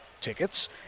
tickets